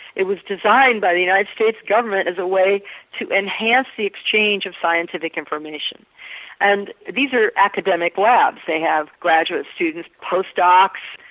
it was designed by the united states government as a way to enhance the exchange of scientific information and these are academic labs, they have graduate students, post docs,